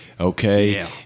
Okay